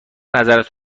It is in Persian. نظرت